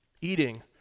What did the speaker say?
eating